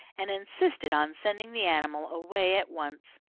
and insisted on sending the animal away at once.